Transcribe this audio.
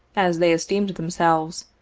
as they esteemed themselves,